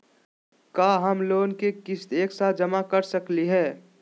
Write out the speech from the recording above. का हम लोन के किस्त एक साथ जमा कर सकली हे?